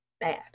bad